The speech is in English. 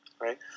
Right